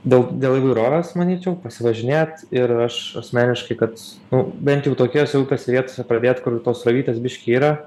dėl dėl įvairovės manyčiau pasivažinėt ir aš asmeniškai kad bent jau tokiose upėse vietose pradėt kur tos srovytės biškį yra